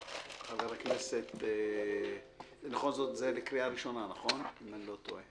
אנחנו בהכנה לקריאה הראשונה, אם אני לא טועה.